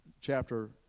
chapter